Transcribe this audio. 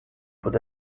peut